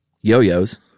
Yo-yos